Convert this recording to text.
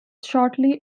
shortly